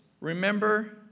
remember